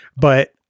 But-